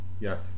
Yes